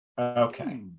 Okay